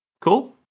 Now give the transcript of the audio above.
cool